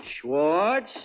Schwartz